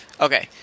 Okay